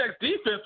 defense